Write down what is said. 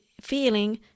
feeling